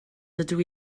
dydw